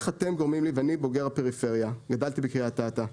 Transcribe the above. אני בוגר הפריפריה, גדלתי בקריית אתא.